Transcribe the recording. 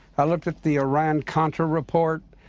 i looked at the iran contra report.